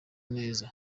neza